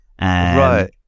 Right